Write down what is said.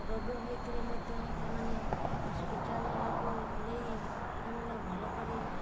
ରୋଗ ହୋଇଥିଲେ ମଧ୍ୟ ସେମାନେ ହସ୍ପିଟାଲ୍କୁ ନେଇ ସେମାନେ ଭଲକରି